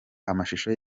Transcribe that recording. amashusho